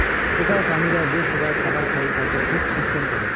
সোগায় প্রাণীরা যে সোগায় খাবার খাই তাকে ফুড সিস্টেম কহে